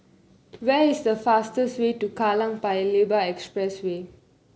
where is the fastest way to Kallang Paya Lebar Expressway